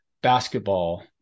basketball